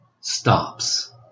stops